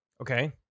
Okay